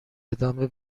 ادامه